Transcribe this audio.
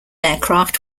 aircraft